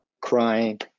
crying